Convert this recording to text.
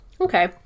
Okay